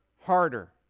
harder